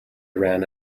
ran